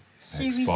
Series